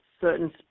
certain